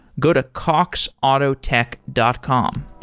go to coxautotech dot com